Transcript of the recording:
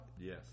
Yes